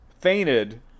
Fainted